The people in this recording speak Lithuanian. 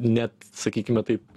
net sakykime taip